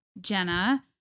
Jenna